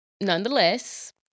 nonetheless